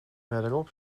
verderop